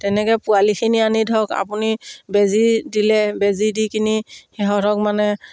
তেনেকৈ পোৱালিখিনি আনি ধৰক আপুনি বেজী দিলে বেজী দি কিনি সিহঁতক মানে